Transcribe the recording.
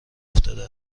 افتاده